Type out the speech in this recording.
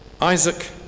Isaac